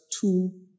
two